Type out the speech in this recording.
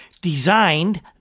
designed